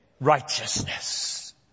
righteousness